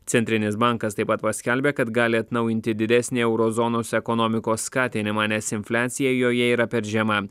centrinis bankas taip pat paskelbė kad gali atnaujinti didesnį euro zonos ekonomikos skatinimą nes infliacija joje yra per žema